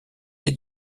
est